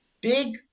big